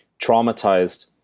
traumatized